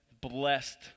blessed